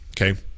okay